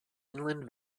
inland